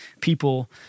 people